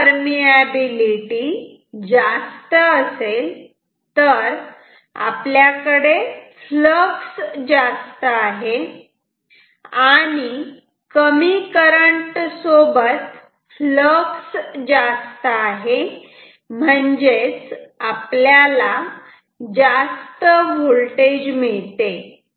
जर परमियाबिलिटी जास्त असेल तर आपल्याकडे फ्लक्स जास्त आहे आणि कमी करंट सोबत फ्लक्स जास्त आहे म्हणजेच आपल्याला जास्त होल्टेज मिळते